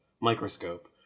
microscope